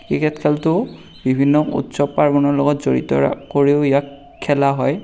cricket খেলটো বিভিন্ন উৎসৱ পাৰ্বণৰ লগত জড়িত কৰিও ইয়াক খেলা হয়